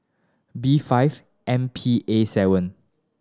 B five M P A seven